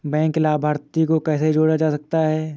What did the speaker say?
Bank लाभार्थी को कैसे जोड़ा जा सकता है?